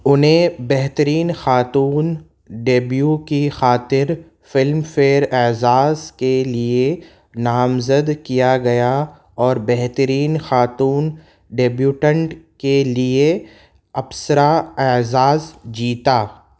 انہیں بہترین خاتون ڈیبیو کی خاطر فلم فیئر اعزاز کے لیے نامزد کیا گیا اور بہترین خاتون ڈیبیوٹنٹ کے لیے اپسرا اعزاز جیتا